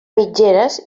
mitgeres